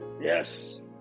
yes